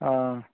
ହଁ